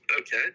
Okay